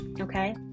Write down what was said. okay